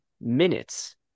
minutes